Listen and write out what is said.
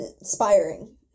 inspiring